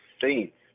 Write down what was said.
saints